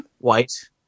white